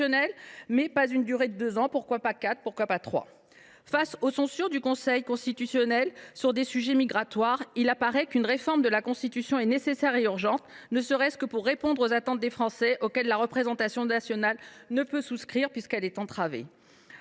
mais pas une durée de deux ans. Pourquoi donc ? Et qu’en serait il de trois ou quatre ans ? Face aux censures du Conseil constitutionnel sur les sujets migratoires, une réforme de la Constitution apparaît nécessaire et urgente, ne serait ce que pour répondre aux attentes des Français auxquelles la représentation nationale ne peut souscrire, puisqu’elle est entravée.